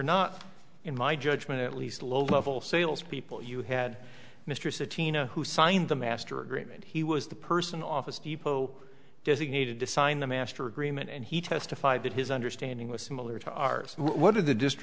not in my judgment at least low level salespeople you had mistresses tina who signed the master agreement he was the person office depot designated to sign the master agreement and he testified that his understanding was similar to ours what did the